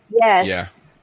Yes